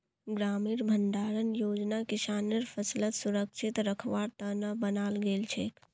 ग्रामीण भंडारण योजना किसानेर फसलक सुरक्षित रखवार त न बनाल गेल छेक